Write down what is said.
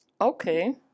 Okay